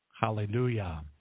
Hallelujah